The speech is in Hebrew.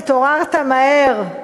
התעוררת מהר,